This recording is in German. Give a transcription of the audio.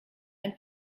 ein